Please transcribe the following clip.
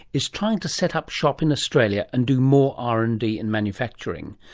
is trying to set up shop in australia and do more r and d in manufacturing.